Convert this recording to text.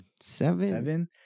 seven